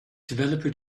developer